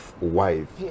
wife